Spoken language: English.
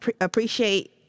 appreciate